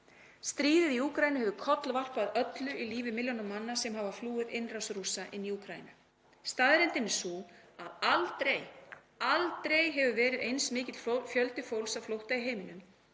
Stríðið í Úkraínu hefur kollvarpað öllu í lífi milljóna manna sem hafa flúið innrás Rússa í Úkraínu. Staðreyndin er sú að aldrei hefur verið eins mikill fjöldi fólks á flótta í heiminum,